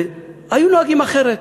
היו נוהגים אחרת,